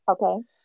Okay